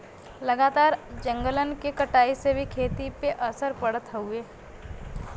लगातार जंगलन के कटाई से भी खेती पे असर पड़त हउवे